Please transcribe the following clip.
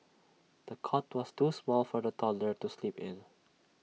the cot was too small for the toddler to sleep in